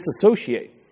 disassociate